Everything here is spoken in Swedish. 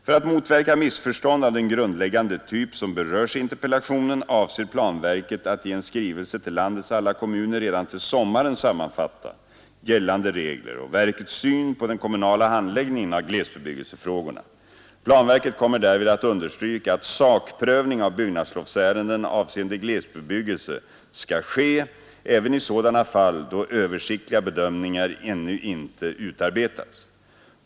För att motverka missförstånd av den grundläggande typ som berörs i interpellationen avser planverket att i en skrivelse till landets alla kommuner redan till sommaren sammanfatta gällande regler och verkets syn på den kommunala handläggningen av glesbebyggelsefrågorna. Planverket kommer därvid att understryka att sakprövning av byggnadslovsärenden avseende glesbebyggelse skall ske även i sådana fall då översiktliga bedömningar ännu inte utarbetats.